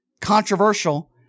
controversial